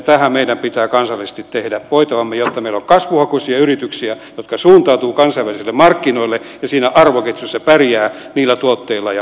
tähän meidän pitää kansallisesti tehdä voitavamme jotta meillä on kasvuhakuisia yrityksiä jotka suuntautuvat kansainvälisille markkinoille ja siinä arvoketjussa pärjäävät niillä tuotteilla ja palveluilla